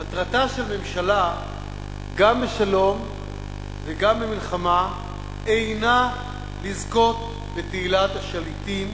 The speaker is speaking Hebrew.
מטרתה של ממשלה גם בשלום וגם במלחמה אינה לזכות בתהילת השליטים,